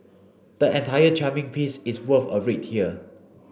the entire charming piece is worth a read here